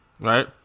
Right